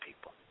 people